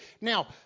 Now